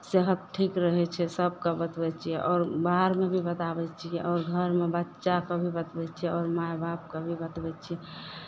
सेहत ठीक रहै छै सभकेँ बतबै छियै आओर बाहरमे भी बताबै छियै आओर घरमे बच्चाकेँ भी बतबै छियै आओर माय बापकेँ भी बतबै छियै